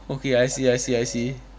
okay I see I see I see